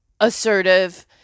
assertive